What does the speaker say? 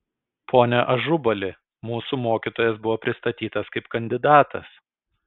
pone ažubali mūsų mokytojas buvo pristatytas kaip kandidatas